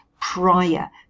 prior